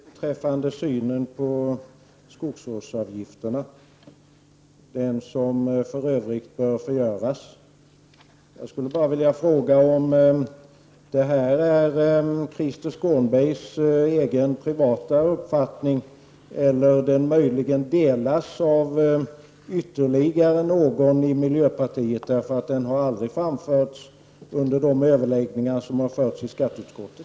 Herr talman! I slutet av Krister Skånbergs anförande kom det fram en intressant nyhet beträffande synen på skogsvårdsavgifterna — de som för övrigt bör förgöras. Är detta Krister Skånbergs egna privata uppfattning eller delas den av någon ytterligare i miljöpartiet? Den uppfattningen har aldrig framförts i de överläggningar som har förts i skatteutskottet.